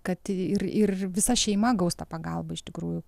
kad ir ir visa šeima gaus tą pagalbą iš tikrųjų